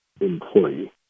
employee